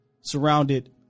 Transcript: surrounded